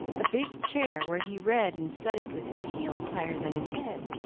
a big chair, where he read and studied with his heels higher than his head,